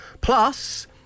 Plus